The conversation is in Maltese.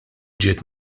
ġiet